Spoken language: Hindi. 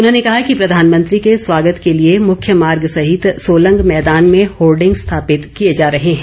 उन्होंने कहा कि प्रधानमंत्री के स्वागत के लिए मुख्य मार्ग सहित सोलंग मैदान में होर्डिंग स्थापित किए जा रहे हैं